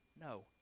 No